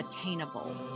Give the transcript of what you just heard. attainable